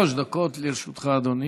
שלוש דקות לרשותך, אדוני.